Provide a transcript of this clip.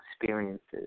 experiences